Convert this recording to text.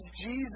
Jesus